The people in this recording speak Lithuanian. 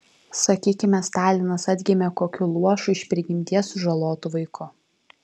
sakykime stalinas atgimė kokiu luošu iš prigimties sužalotu vaiku